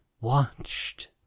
watched